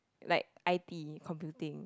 like i_t computing